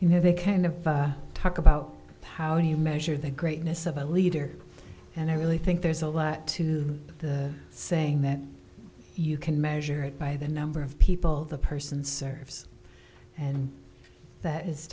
you know they kind of talk about how do you measure the greatness of a leader and i really think there's a lot to the saying that you can measure it by the number of people the person serves and that is